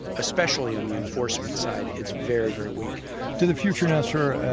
especially on the enforcement side its very, very weak to the future now sir,